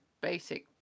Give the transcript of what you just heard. basic